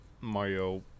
Mario